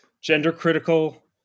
gender-critical